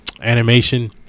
animation